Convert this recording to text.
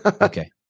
Okay